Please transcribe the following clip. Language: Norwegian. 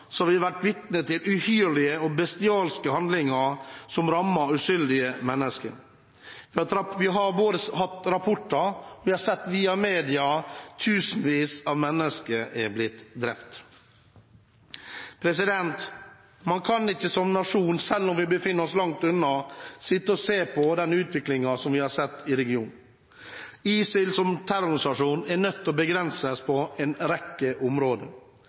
har vi vært vitne til uhyrlige og bestialske handlinger som rammer uskyldige mennesker. Vi har både via rapporter og via media sett at tusenvis av mennesker har blitt drept. Man kan ikke som nasjon – selv om vi befinner oss langt unna – sitte og se på den utviklingen vi har sett i regionen. ISIL, som terrororganisasjon, må begrenses på en rekke områder.